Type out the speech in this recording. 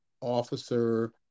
officer